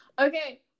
Okay